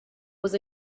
was